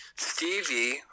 stevie